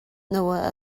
nua